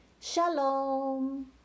Shalom